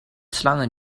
slangen